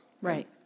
Right